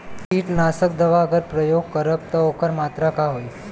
कीटनाशक दवा अगर प्रयोग करब त ओकर मात्रा का होई?